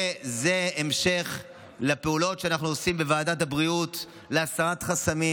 זה המשך לפעולות שאנחנו עושים בוועדת הבריאות להסרת חסמים,